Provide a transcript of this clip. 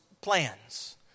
plans